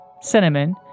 cinnamon